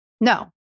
No